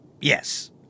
yes